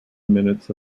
minutes